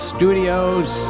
Studios